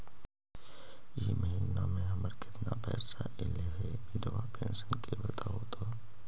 इ महिना मे हमर केतना पैसा ऐले हे बिधबा पेंसन के बताहु तो?